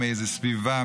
מאיזו סביבה,